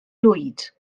lwyd